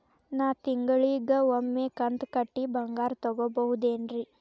ನಾ ತಿಂಗಳಿಗ ಒಮ್ಮೆ ಕಂತ ಕಟ್ಟಿ ಬಂಗಾರ ತಗೋಬಹುದೇನ್ರಿ?